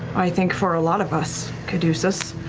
i think for a lot of us, caduceus.